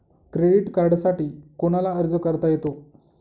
Credit कार्डसाठी कोणाला अर्ज करता येतो?